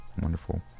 Wonderful